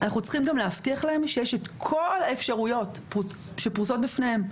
אנחנו צריכים גם להבטיח להם שיש את כל האפשרויות שפרושות לפניהם.